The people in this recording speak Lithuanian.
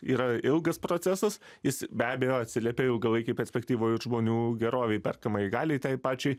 yra ilgas procesas jis be abejo atsiliepia ilgalaikėj perspektyvoj ir žmonių gerovei perkamajai galiai tai pačiai